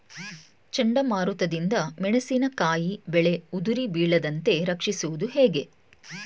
ಚಂಡಮಾರುತ ದಿಂದ ಮೆಣಸಿನಕಾಯಿ ಬೆಳೆ ಉದುರಿ ಬೀಳದಂತೆ ರಕ್ಷಿಸುವುದು ಹೇಗೆ?